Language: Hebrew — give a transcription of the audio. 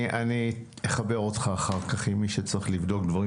אני אחבר אותך אחר כך עם מי שצריך לבדוק דברים